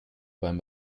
beim